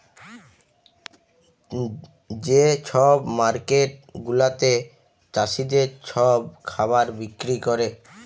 যে ছব মার্কেট গুলাতে চাষীদের ছব খাবার বিক্কিরি ক্যরে